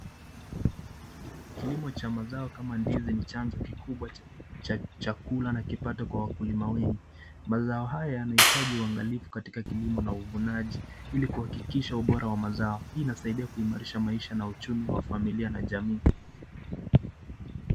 Kilimo cha mazao kama ndizi ni chanzo kikubwa cha chakula na kipato kwa wakulima wengi. Mazao haya yanahitaji uangalifu katika kilimo na uvunaji ili kuhakikisha ubora wa mazao. Hii inasaidia kuhimarisha maisha na uchumi wa familia na jamii.